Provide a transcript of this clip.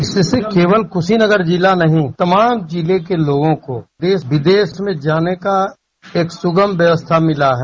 इससे केवल कुशीनगर जिला नहीं तमाम जिले के लोगों को देश विदेश में जाने का एक सुगम व्यवस्था मिला है